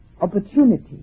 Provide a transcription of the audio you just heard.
opportunity